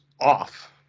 off